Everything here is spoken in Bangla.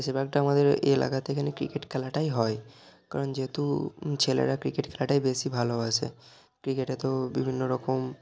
বেশিরভাগটা আমাদের এলাকা থেকে না ক্রিকেট খেলাটাই হয় কারণ যেহেতু ছেলেরা ক্রিকেট খেলাটাই বেশি ভালোবাসে ক্রিকেটে তো বিভিন্ন রকম